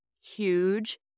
huge